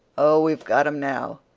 oh, we've got em now!